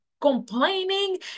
complaining